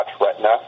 retina